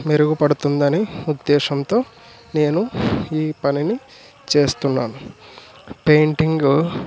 మెరుగుపడుతుందని ఉద్దేశ్యంతో నేను ఈ పనిని చేస్తున్నాను పెయింటింగ్